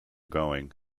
going